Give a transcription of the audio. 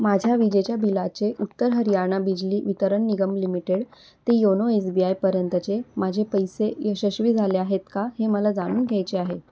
माझ्या विजेच्या बिलाचे उत्तर हरियाणा बिजली वितरण निगम लिमिटेड ते योनो एस बी आयपर्यंतचे माझे पैसे यशस्वी झाले आहेत का हे मला जाणून घ्यायचे आहे